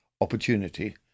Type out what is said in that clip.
opportunity